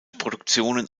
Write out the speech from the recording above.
produktionen